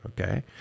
okay